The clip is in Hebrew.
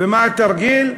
ומה התרגיל?